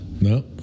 No